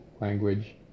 language